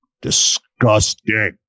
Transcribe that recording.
Disgusting